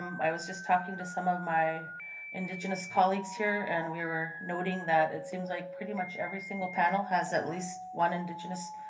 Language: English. um i was just talking to some of my indigenous colleagues here and we were noting that it seems like pretty much every single panel has at least one indigenous